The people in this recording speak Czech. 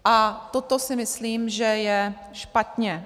A toto si myslím, že je špatně.